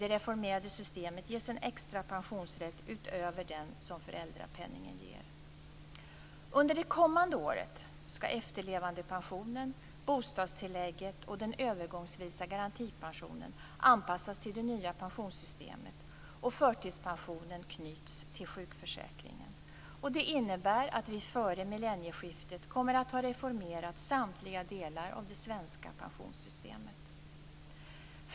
I det reformerade systemet ges en extra pensionsrätt utöver den som föräldrapenningen ger. Under det kommande året skall efterlevandepensionen, bostadstillägget och den övergångsvisa garantipensionen anpassas till det nya pensionssystemet. Det innebär att vi före millennieskiftet kommer att ha reformerat samtliga delar av det svenska pensionssystemet.